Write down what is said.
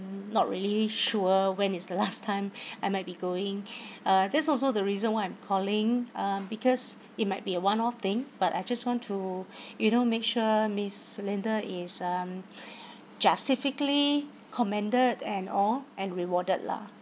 not really sure when is the last time I might be going uh that's also the reason why I am calling uh because it might be a one off thing but I just want to you know make sure miss linda is um justifiably commended and all and rewarded lah